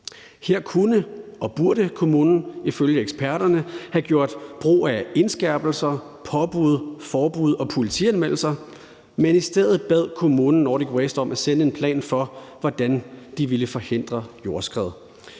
Her kunne og burde kommunen ifølge eksperterne have gjort brug af indskærpelser, påbud, forbud og politianmeldelser, men i stedet bad kommunen Nordic Waste om at sende en plan for, hvordan de ville forhindre jordskred,